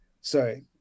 sorry